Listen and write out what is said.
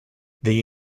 they